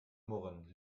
murren